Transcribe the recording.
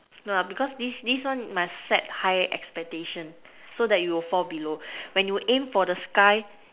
no ah because this this one must set high expectation so that you will fall below when you aim for the sky